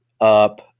up